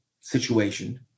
situation